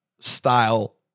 style